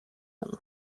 him